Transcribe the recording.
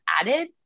added